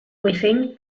within